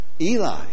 Eli